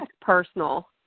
personal